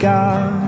God